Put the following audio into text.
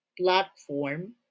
platform